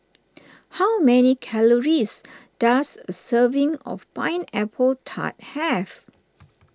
how many calories does a serving of Pineapple Tart have